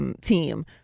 team